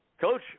Coach